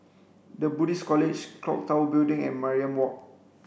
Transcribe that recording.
the Buddhist College Clock Tower Building and Mariam Walk